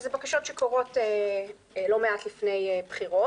אלה בקשות שקורות לא מעט לפני בחירות.